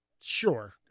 Sure